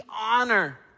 honor